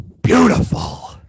beautiful